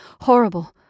Horrible